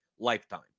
lifetime